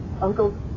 Uncle